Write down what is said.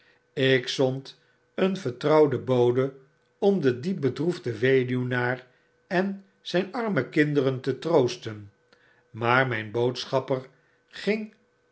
ik zond een vertrouwden bode om den diep bedroefden weduwnaar en zyn arme kinderen te troosten maar mijn boodschapper ging